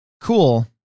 Cool